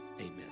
Amen